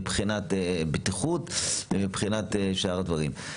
מבחינת בטיחות ומבחינת שאר הדברים.